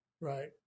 right